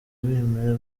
bemera